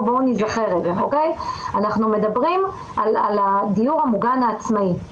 אנחנו מדברים על הדיור המוגן העצמאי.